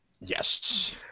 Yes